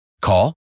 Call